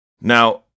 Now